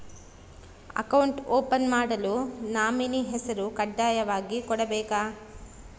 Account open ಮಾಡಲು nominee ಹೆಸರು ಕಡ್ಡಾಯವಾಗಿ ಕೊಡಬೇಕಾ?